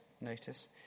notice